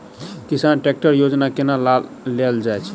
किसान ट्रैकटर योजना केना लेल जाय छै?